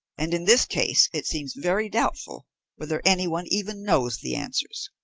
and in this case it seems very doubtful whether anyone even knows the answers.